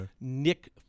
Nick